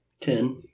Ten